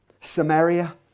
Samaria